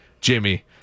Jimmy